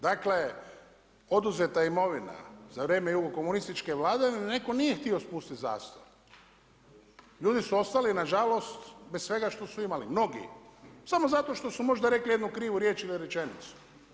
Dakle oduzeta imovina za vrijeme jugokomunističke vladavine neko nije htio spustiti zastor, ljudi su ostali nažalost bez svega što su imali, mnogi, samo zato što su možda rekli jednu krivu riječ ili rečenicu.